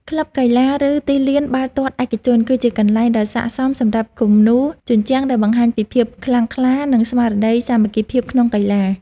ក្លឹបកីឡា ឬទីលានបាល់ទាត់ឯកជន គឺជាកន្លែងដ៏ស័ក្តិសមសម្រាប់គំនូរជញ្ជាំងដែលបង្ហាញពីភាពខ្លាំងក្លា និងស្មារតីសាមគ្គីភាពក្នុងកីឡា។